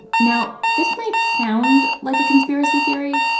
now, this might sound like a conspiracy theory,